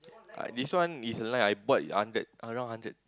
uh this one is a line I bought hundred around hundred